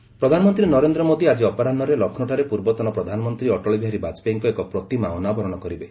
PM Atal statue ପ୍ରଧାନମନ୍ତ୍ରୀ ନରେନ୍ଦ୍ର ମୋଦି ଆଜି ଅପରାହ୍ନରେ ଲକ୍ଷ୍ନୌଠାରେ ପୂର୍ବତନ ପ୍ରଧାନମନ୍ତ୍ରୀ ଅଟଳ ବିହାରୀ ବାଜପେୟୀଙ୍କ ଏକ ପ୍ରତିମା ଅନାବରଣ କରିବେ